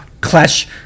Clash